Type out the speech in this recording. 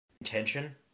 intention